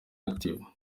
active